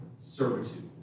servitude